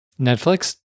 Netflix